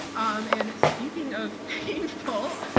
um and speaking of painful,